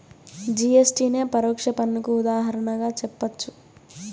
GST నే పరోక్ష పన్నుకు ఉదాహరణగా జెప్పచ్చు